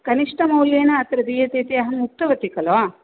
कनिष्ठमौल्येन अत्र दीयते इति अहं उक्तवती खलु